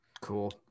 cool